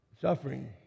Suffering